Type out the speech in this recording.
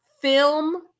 film